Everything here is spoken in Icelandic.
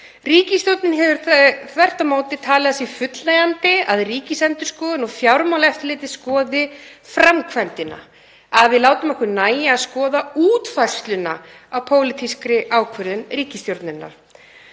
Ríkisstjórnin hefur þvert á móti talið að það sé fullnægjandi að Ríkisendurskoðun og Fjármálaeftirlitið skoði framkvæmdina, að við látum okkur nægja að skoða útfærsluna á pólitískri ákvörðun ríkisstjórnarinnar.